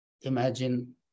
Imagine